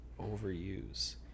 overuse